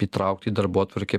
įtraukt į darbotvarkę